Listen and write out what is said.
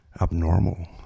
abnormal